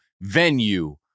venue